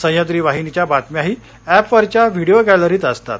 सह्याद्री वाहिनीच्या बातम्याही ऍपवरच्या व्हिडीओ गस्रीत असतात